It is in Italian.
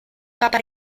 papa